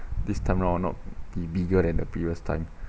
this time around not bi~ bigger than the previous time